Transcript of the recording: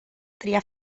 triar